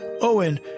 Owen